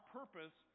purpose